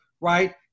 Right